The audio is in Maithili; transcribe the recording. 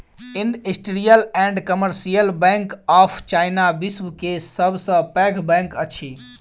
industrial and commercial bank of China, विश्व के सब सॅ पैघ बैंक अछि